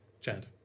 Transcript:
Chad